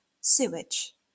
sewage